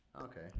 Okay